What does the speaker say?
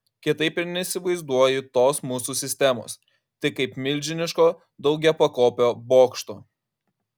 kitaip ir neįsivaizduoju tos mūsų sistemos tik kaip milžiniško daugiapakopio bokšto